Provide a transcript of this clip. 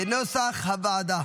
כנוסח הוועדה.